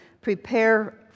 prepare